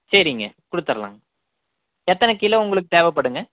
சரிங்க கொடுத்தர்லாங் எத்தனை கிலோ உங்களுக்கு தேவைப்படுங்க